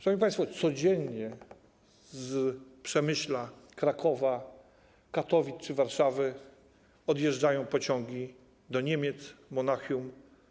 Szanowni państwo, codziennie z Przemyśla, Krakowa, Katowic czy Warszawy odjeżdżają pociągi do Niemiec, do Monachium.